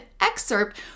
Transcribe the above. excerpt